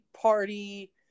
Party